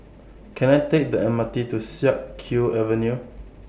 Can I Take The M R T to Siak Kew Avenue